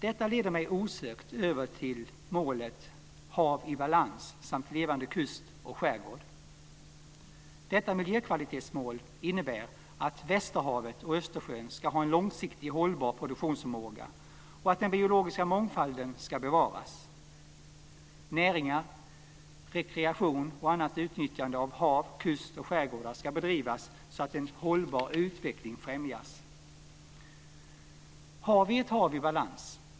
Detta leder mig osökt över till målet Hav i balans samt levande kust och skärgård. Detta miljökvalitetsmål innebär att Västerhavet och Östersjön ska ha en långsiktigt hållbar produktionsförmåga och att den biologiska mångfalden ska bevaras. Näringar, rekreation och annat utnyttjanade av hav, kust och skärgård ska bedrivas så att en hållbar utveckling främjas. Har vi ett hav i balans?